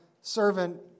servant